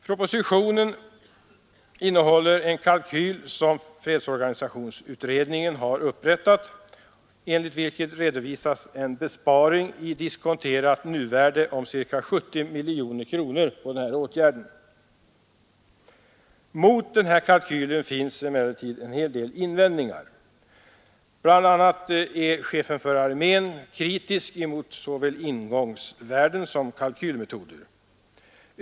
Propositionen innehåller en kalkyl, som fredsorganisationsutredningen har upprättat, enligt vilken denna. åtgärd innebär en besparing i diskonterat nuvärde på ca 70 miljoner kronor. Mot denna kalkyl finns emellertid en del invändningar. Chefen för armén är kritisk mot såväl ingångsvärde som kalkylmetoder.